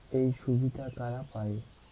এই সুবিধা কারা পায়?